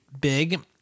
big